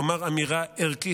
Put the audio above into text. לומר אמירה ערכית,